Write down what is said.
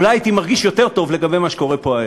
אולי הייתי מרגיש יותר טוב לגבי מה שקורה פה הערב.